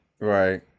right